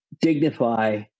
dignify